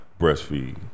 breastfeed